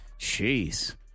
Jeez